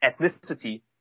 ethnicity